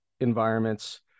environments